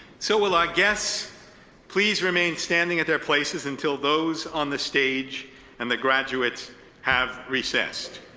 so, will our guests please remain standing at their places until those on the stage and the graduates have recessed.